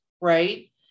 right